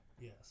Yes